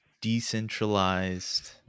decentralized